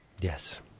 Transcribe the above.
Yes